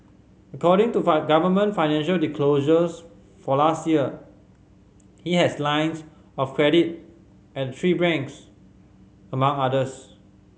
according to government financial disclosures for last year he has lines of credit at three banks among others